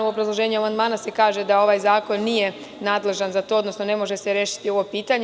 U obrazloženju amandmana se kaže da ovaj zakon nije nadležan za to, odnosno ne može se rešiti ovo pitanje.